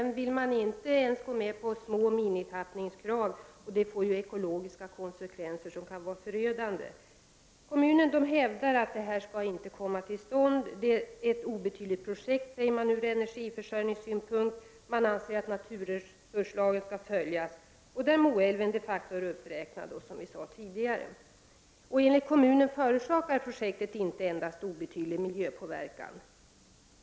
Man vill inte gå med på ens minimala avtappningskrav, och detta kan få förödande ekologiska konsekvenser. Kommunen hävdar att så inte skall bli fallet. Från den hävdas att det är fråga om ett ur energiförsörjningssynpunkt obetydligt projekt, och man anser att naturresurslagen skall följas. Till de älvar som där räknas upp hör, som jag sade tidigare, Moälven. Enligt kommunen förorsakar projektet inte endast obetydlig miljöpåverkan.